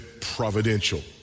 providential